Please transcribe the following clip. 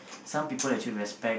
some people actually respect